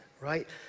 right